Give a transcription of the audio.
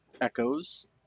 Echoes